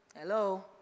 Hello